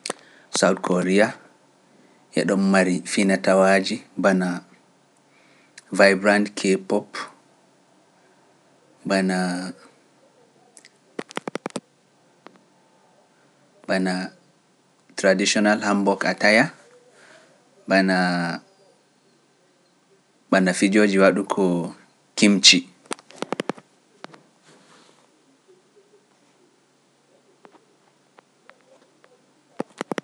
Sawtkoriya, e ɗo mari finatawaaji, bana vibrande K-pop, bana tradisional hamboko a taya, bana fijojiƴiw Traditional hamburgh attire, fijo waɗugo kimji